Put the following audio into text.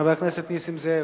חבר הכנסת נסים זאב,